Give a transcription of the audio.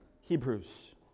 Hebrews